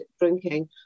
drinking